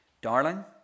Darling